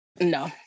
no